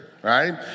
Right